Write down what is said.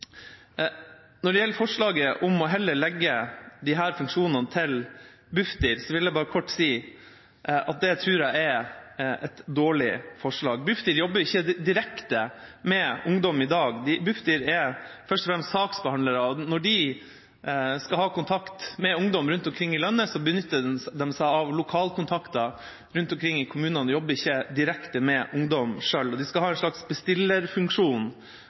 Når det gjelder forslaget om heller å legge disse funksjonene til Bufdir, vil jeg kort si at jeg tror det er et dårlig forslag. Bufdir jobber ikke direkte med ungdom i dag. Bufdir er først og fremst saksbehandlere, og når de skal ha kontakt med ungdom rundt omkring i landet, benytter de seg av lokalkontakter rundt omkring i kommunene. De jobber ikke direkte med ungdom selv. De skal ha en slags bestillerfunksjon